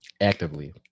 actively